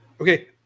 Okay